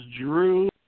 Drew